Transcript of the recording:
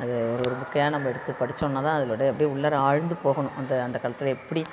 அதை ஒரு ஒரு புக்கையாக நம்ம எடுத்து படிச்சோம்னா தான் அதினோடைய அப்படியே உள்ளாரா ஆழ்ந்து போகணும் அந்த அந்த காலத்தில் எப்படி